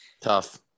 Tough